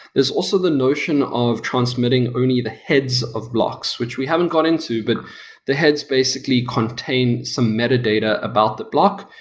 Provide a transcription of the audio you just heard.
there's also the notion of transmitting only the heads of blocks, which we haven't got into, but the heads basically contain some meta data about the block,